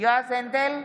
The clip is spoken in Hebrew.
יועז הנדל,